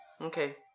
Okay